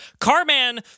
Carman